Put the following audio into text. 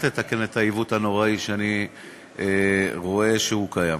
לתקן את העיוות הנוראי שאני רואה שקיים.